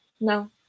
No